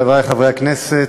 חברי חברי הכנסת,